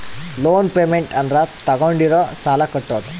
loan payment ಅಂದ್ರ ತಾಗೊಂಡಿರೋ ಸಾಲ ಕಟ್ಟೋದು